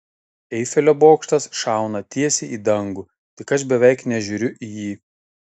eifelio bokštas šauna tiesiai į dangų tik aš beveik nežiūriu į jį